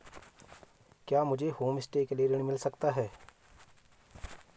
क्या मुझे होमस्टे के लिए ऋण मिल सकता है?